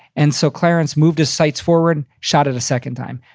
and so clarence moved his sights forward, shot it a second time.